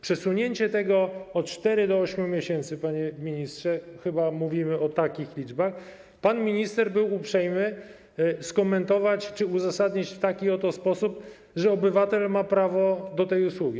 Przesunięcie tego o 4 do 8 miesięcy - panie ministrze, chyba mówimy o takich liczbach - pan minister był uprzejmy skomentować, czy uzasadnić, w taki oto sposób, że obywatel ma prawo do tej usługi.